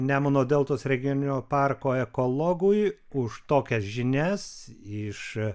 nemuno deltos regioninio parko ekologui už tokias žinias iš